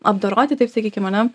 apdoroti taip sakykim ane